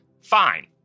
Fine